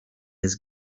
his